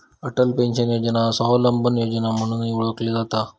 Atal pension योजना स्वावलंबन योजना म्हणूनही ओळखली जाता